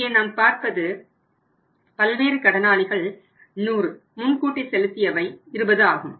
இங்கே நாம் பார்ப்பது பல்வேறு கடனாளிகள் 100 முன்கூட்டி செலுத்தியவை 20 ஆகும்